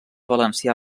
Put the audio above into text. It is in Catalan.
valencià